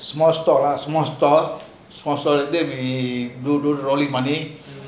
small stock ah small stock into பண்ணி:inthu panni